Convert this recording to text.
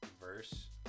verse